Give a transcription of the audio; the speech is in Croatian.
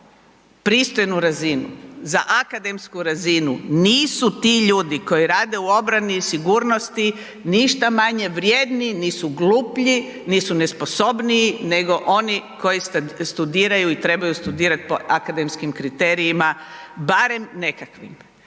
za pristojnu razinu, za akademsku razinu, nisu ti ljudi koji rade u obrani i sigurnosti ništa manje vrijedni, nisu gluplji, nisu nesposobniji nego oni koji studiraju i trebaju studirati po akademskim kriterijima barem nekakvim.